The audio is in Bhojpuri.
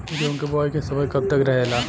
गेहूँ के बुवाई के समय कब तक रहेला?